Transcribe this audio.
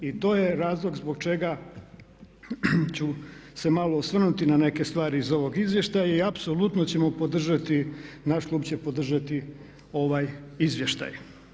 I to je razlog zbog čega ću se malo osvrnuti na neke stvari iz ovog izvještaja i apsolutno ćemo podržati, naš klub će podržati ovaj izvještaj.